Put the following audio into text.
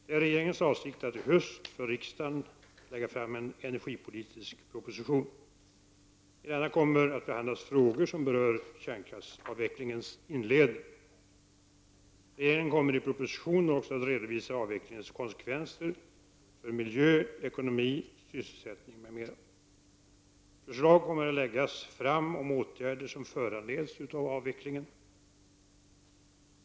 Det är regeringens avsikt att i höst för riksdagen lägga fram en energipolitisk proposition. I denna kommer att behandlas frågor som berör kärnkraftsavvecklingens inledning. Regeringen kommer i propositionen också att redovisa avvecklingens konsekvenser för miljö, ekonomi, sysselsättning m.m. Förslag kommer att läggas fram om åtgärder som föranleds av avvecklingen.